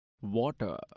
water